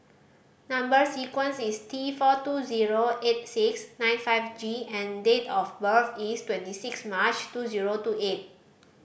number sequence is T four two zero eight six nine five G and date of birth is twenty six March two zero two eight